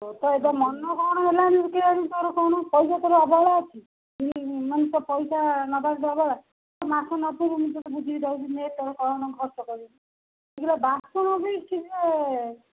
ତୋର ତ ଏବେ ମନ କ'ଣ ହେଲାଣି କେଜାଣି ତୋର କ'ଣ ପଇସା ତୋର ଅବହେଳା ଅଛି ମାନେ ତୋ ପଇସା ନେବାରେ ତୋର ଅବହେଳା ମାସ ନପୁରୁଣୁ ମୁଁ ତୋତେ ବୁଝିକି ଦଉଛି ନେ ତୋର କ'ଣ ଖର୍ଚ୍ଚ କରିବୁ ଠିକ୍ରେ ବାସନ